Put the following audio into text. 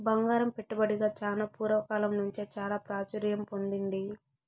బంగారం పెట్టుబడిగా చానా పూర్వ కాలం నుంచే చాలా ప్రాచుర్యం పొందింది